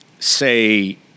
Say